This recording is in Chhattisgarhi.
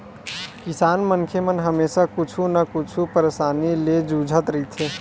किसान मनखे मन हमेसा कुछु न कुछु परसानी ले जुझत रहिथे